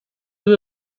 you